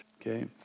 okay